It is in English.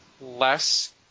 less